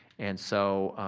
and so,